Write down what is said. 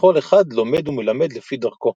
וכל אחד לומד ומלמד לפי דרכו,